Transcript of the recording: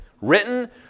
written